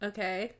Okay